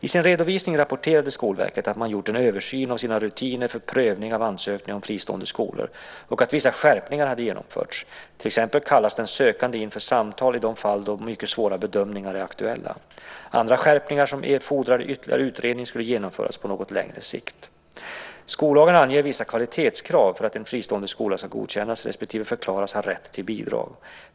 I sin redovisning rapporterade Skolverket att man hade gjort en översyn av sina rutiner för prövning av ansökningar om fristående skolor och att vissa skärpningar hade genomförts. Till exempel kallas den sökande in för samtal i de fall då mycket svåra bedömningar är aktuella. Andra skärpningar som fordrade ytterligare utredning skulle genomföras på något längre sikt. Skollagen anger vissa kvalitetskrav för att en fristående skola ska godkännas respektive förklaras ha rätt till bidrag.